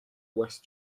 west